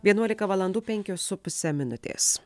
vienuolika valandų penkios su puse minutės